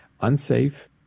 unsafe